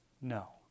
No